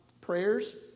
Prayers